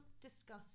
discuss